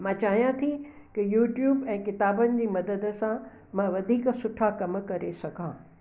मां चाहियां थी की यूट्यूब ऐं किताबनि जी मदद सां मां वधीक सुठा कमु करे सघां